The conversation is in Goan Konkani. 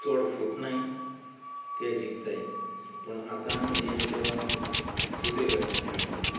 चोड फुटनाय ते जिखताय पूण आतां हे केलां दुसरे भाशेन खेळटाय